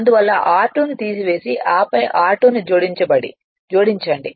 అందువల్ల r2 ను తీసివేసి 'ఆపై r2 ను జోడించండి